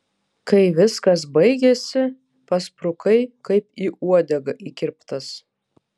kai viskas baigėsi pasprukai kaip į uodegą įkirptas